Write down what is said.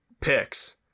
picks